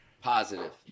Positive